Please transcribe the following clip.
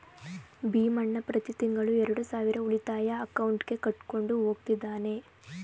ಭೀಮಣ್ಣ ಪ್ರತಿ ತಿಂಗಳು ಎರಡು ಸಾವಿರ ಉಳಿತಾಯ ಅಕೌಂಟ್ಗೆ ಕಟ್ಕೊಂಡು ಹೋಗ್ತಿದ್ದಾನೆ